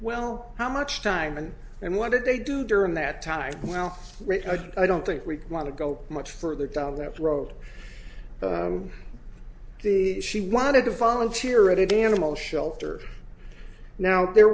well how much time and and what did they do during that time well i don't think we want to go much further down that road the she wanted to volunteer at it animal shelter now there